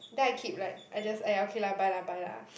then I keep like I just !aiya! okay lah buy lah buy lah